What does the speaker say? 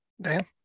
Dan